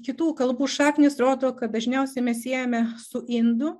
kitų kalbų šaknys rodo kad dažniausiai mes siejame su indų